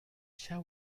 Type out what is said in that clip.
shall